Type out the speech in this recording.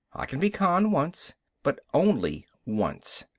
i can be conned once but only once.